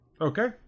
Okay